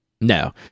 No